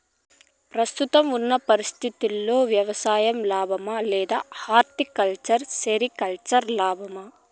ప్రస్తుతం ఉన్న పరిస్థితుల్లో వ్యవసాయం లాభమా? లేదా హార్టికల్చర్, సెరికల్చర్ లాభమా?